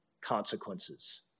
consequences